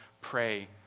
pray